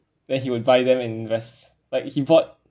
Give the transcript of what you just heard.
then he would buy them invest like he bought